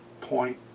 point